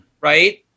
right